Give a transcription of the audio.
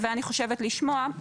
שאני חושבת ששווה לשמוע,